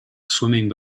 swimming